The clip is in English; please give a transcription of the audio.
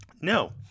No